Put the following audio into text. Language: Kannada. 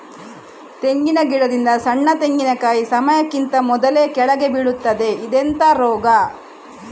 ತೆಂಗಿನ ಗಿಡದಿಂದ ಸಣ್ಣ ತೆಂಗಿನಕಾಯಿ ಸಮಯಕ್ಕಿಂತ ಮೊದಲೇ ಕೆಳಗೆ ಬೀಳುತ್ತದೆ ಇದೆಂತ ರೋಗ?